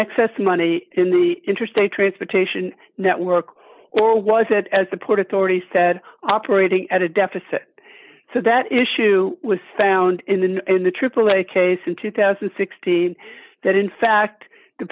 excess money in the interstate transportation network or was it as the port authority said operating at a deficit so that issue was found in the in the aaa case in two thousand and sixteen that in fact the